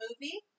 movie